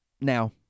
Now